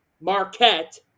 Marquette